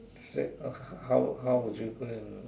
say how how would you go and